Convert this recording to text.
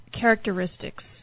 characteristics